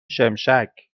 شمشک